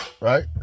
Right